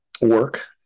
work